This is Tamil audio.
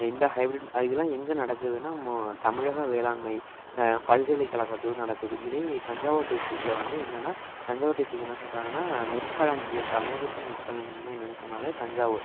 இந்த ஹைப்ரேட் இதல்லாம் எங்கே நடக்குதுன்னா தமிழக வேளாண்மை பல்கலைக்கழகத்துல நடக்குது இதே தஞ்சாவூர் டிஸ்ட்ரிக்ட்டில் வந்து என்னனா தஞ்சாவூர் டிஸ்ட்ரிக் என்ன சொல்கிறாங்கன்னா நெற்களஞ்சியம் தமிழகத்தின் நெற்களஞ்சியம்னு சொன்னாலே தஞ்சாவூர்